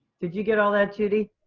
did you get all that, judy?